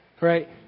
right